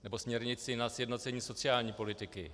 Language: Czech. Nebo směrnici na sjednocení sociální politiky.